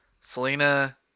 Selena